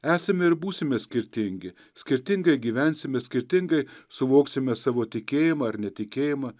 esame ir būsime skirtingi skirtingai gyvensime skirtingai suvoksime savo tikėjimą ar netikėjimą